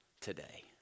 today